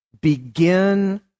begin